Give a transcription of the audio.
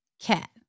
cat